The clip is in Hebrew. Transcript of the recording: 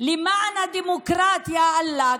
למען הדמוקרטיה עלק,